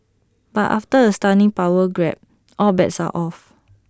but after A stunning power grab all bets are off